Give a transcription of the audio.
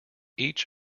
each